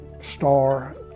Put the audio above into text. star